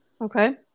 Okay